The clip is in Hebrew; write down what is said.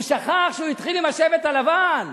הוא שכח שהוא התחיל עם "השבט הלבן".